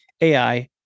AI